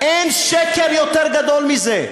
אין שקר יותר גדול מזה,